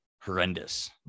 Horrendous